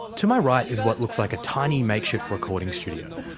to my right is what looks like a tiny, makeshift recording studio,